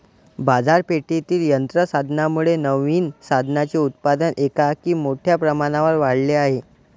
बाजारपेठेतील यंत्र साधनांमुळे नवीन साधनांचे उत्पादन एकाएकी मोठ्या प्रमाणावर वाढले आहे